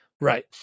right